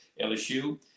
LSU